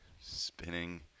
Spinning